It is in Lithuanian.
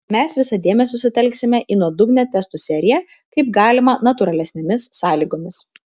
mes visą dėmesį sutelksime į nuodugnią testų seriją kaip galima natūralesnėmis sąlygomis